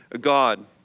God